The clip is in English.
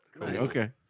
okay